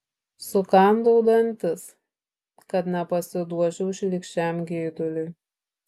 sukandau dantis kad nepasiduočiau šlykščiam geiduliui